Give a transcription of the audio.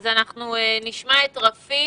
נשמע את רפיק